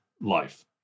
life